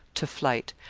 to flight,